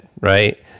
right